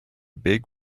big